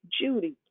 Judy